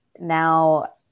now